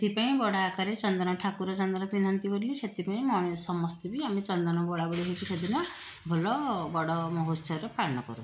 ସେଥିପାଇଁ ବଡ଼ ଆକାରରେ ଚନ୍ଦନ ଠାକୁର ଚନ୍ଦନ ପିନ୍ଧନ୍ତି ବୋଲି ସେଥିପାଇଁ ସମସ୍ତେ ବି ଆମେ ଚନ୍ଦନ ବୋଳାବୋଳି ହେଇକି ସେଦିନ ଭଲ ବଡ଼ ମହୋତ୍ସବରେ ପାଳନ କରୁ